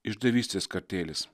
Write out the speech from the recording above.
išdavystės kartėlis